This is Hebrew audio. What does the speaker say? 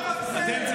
אל תמקסם,